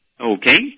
Okay